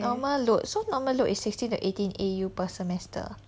normal load so normal load is sixteen to eighteen A_U per semester